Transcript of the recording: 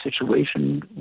situation